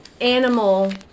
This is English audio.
animal